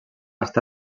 està